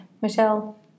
Michelle